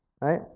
Right